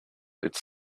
its